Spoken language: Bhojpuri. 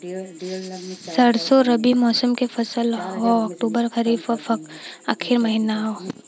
सरसो रबी मौसम क फसल हव अक्टूबर खरीफ क आखिर महीना हव